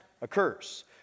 occurs